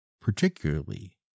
particularly